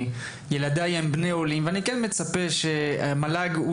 ילדי הם בני עולים ואני מצפה שהמל"ג הוא